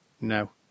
No